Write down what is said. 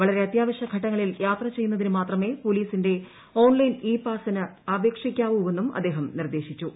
വളരെ അത്യാവശ്യഘട്ടങ്ങളിൽ യാത്ര ചെയ്യുന്നതിന് ് മാത്രമേ പോലീസിന്റെ ഓൺലൈൻ ഇ പാസിന് അപേക്ഷിക്കാവൂവെന്നും അദ്ദേഹം നിർദേശിച്ചു